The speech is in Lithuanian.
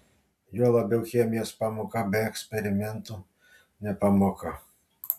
juo labiau chemijos pamoka be eksperimentų ne pamoka